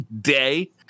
day